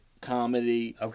comedy